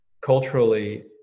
culturally